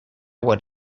what